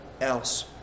else